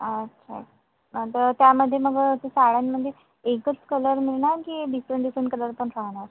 अच्छा नंतर त्यामध्ये मग त्या साड्यांमध्ये एकच कलर मिळणार की डिफ्रंट डिफ्रंट कलर पण राहणार